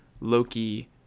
Loki